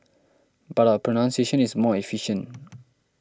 but our pronunciation is more efficient